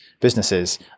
businesses